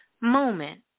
moment